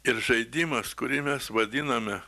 ir žaidimas kurį mes vadiname